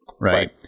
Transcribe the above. right